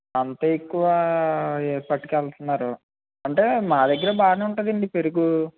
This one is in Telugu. అంత ఎక్కువ పట్టుకెళ్తున్నారు అంటే మా దగ్గర బాగానే ఉంటుందండి పెరుగు